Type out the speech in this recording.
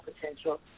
potential